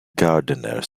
gardener